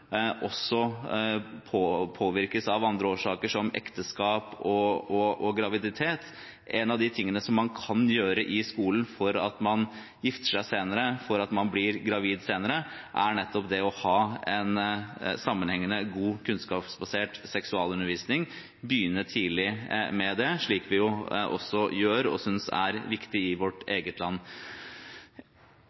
også påvirkes av andre forhold som ekteskap og graviditet. En av de tingene man kan gjøre i skolen for at man gifter seg senere, for at man blir gravid senere, er nettopp det å ha en sammenhengende, god kunnskapsbasert seksualundervisning, begynne tidlig med det, slik som vi også gjør, og synes er viktig, i vårt eget land.